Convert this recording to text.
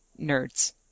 nerds